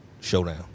showdown